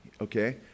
okay